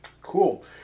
Cool